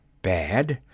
bad!